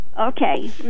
Okay